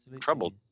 troubled